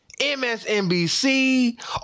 MSNBC